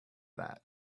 that